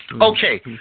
Okay